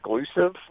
exclusive